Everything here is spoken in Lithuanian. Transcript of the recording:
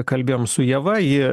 kalbėjom su ieva ji